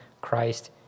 Christ